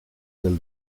del